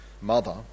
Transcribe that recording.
mother